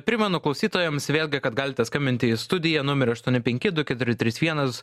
primenu klausytojams vėlgi kad galite skambinti į studiją numeriu aštuoni penki du keturi trys vienas